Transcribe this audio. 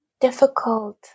difficult